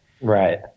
Right